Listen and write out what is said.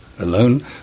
alone